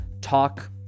talk